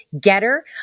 Getter